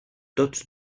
tots